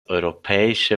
europäische